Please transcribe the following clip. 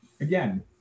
Again